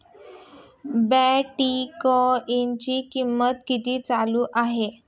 बिटकॉइनचे कीमत किती चालू आहे